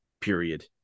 period